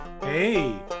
Hey